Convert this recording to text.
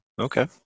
Okay